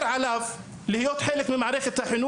ברגע שאני מוותר על שהמגזר הזה יהיה באמת חלק ממערכת החינוך,